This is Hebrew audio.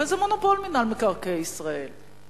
ומינהל מקרקעי ישראל זה מונופול.